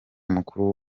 mukuru